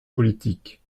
politiques